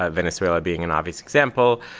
ah venezuela being an obvious example,